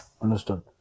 Understood